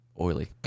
oily